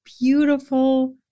beautiful